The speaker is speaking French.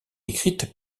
écrite